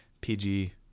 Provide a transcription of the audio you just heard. PG